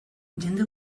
jende